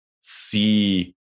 see